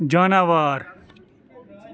جاناوار